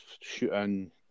shooting